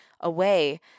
away